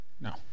No